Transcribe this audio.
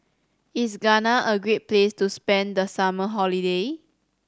is Ghana a great place to spend the summer holiday